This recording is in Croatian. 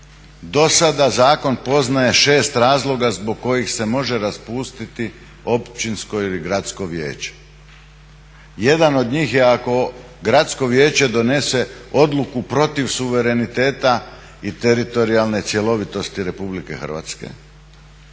Do sada zakon poznaje 6 razloga zbog kojih se može raspustiti općinsko ili gradsko vijeće. Jedan od njih je ako gradsko vijeće donese odluku protiv suvereniteta i teritorijalne cjelovitosti Republike Hrvatske